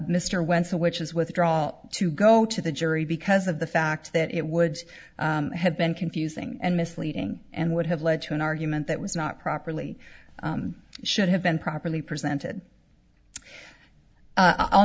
mr went to which is withdraw to go to the jury because of the fact that it would have been confusing and misleading and would have led to an argument that was not properly should have been properly presented i'll